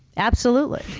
absolutely.